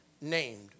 named